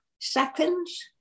seconds